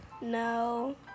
No